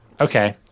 Okay